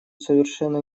совершенно